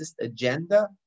agenda